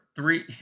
Three